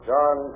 John